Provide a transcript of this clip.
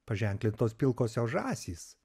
paženklintos pilkosios žąsys